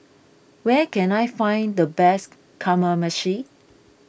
where can I find the best Kamameshi